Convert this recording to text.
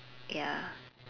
ya